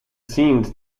scenes